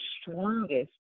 strongest